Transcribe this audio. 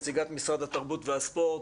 נציגת משרד התרבות והספורט,